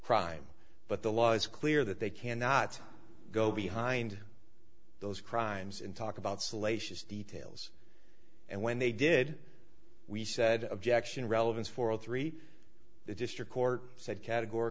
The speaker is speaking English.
crime but the law is clear that they cannot go behind those crimes and talk about salacious details and when they did we said objection relevance for all three the district court said categor